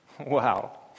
wow